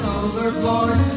overboard